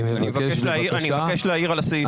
אני מבקש להעיר על הסעיף הזה.